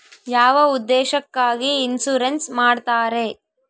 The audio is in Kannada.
ಯಾವ ಉದ್ದೇಶಕ್ಕಾಗಿ ಇನ್ಸುರೆನ್ಸ್ ಮಾಡ್ತಾರೆ?